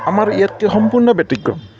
আমাৰ ইয়াতকৈ সম্পূৰ্ণ ব্যতিক্ৰম